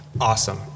Awesome